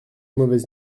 mauvaise